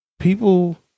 people